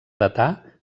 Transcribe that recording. datar